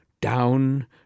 down